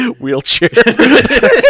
wheelchair